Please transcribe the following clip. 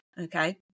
okay